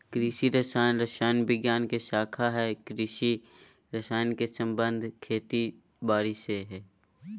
कृषि रसायन रसायन विज्ञान के शाखा हई कृषि रसायन के संबंध खेती बारी से हई